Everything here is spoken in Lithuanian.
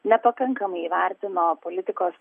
nepakankamai įvertino politikos